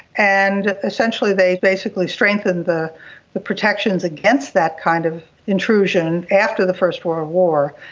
and essentially they basically strengthened the the protections against that kind of intrusion after the first world war.